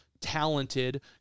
talented